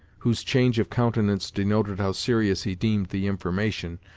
whose change of countenance denoted how serious he deemed the information,